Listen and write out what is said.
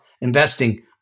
investing